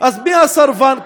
אז מי הסרבן כאן?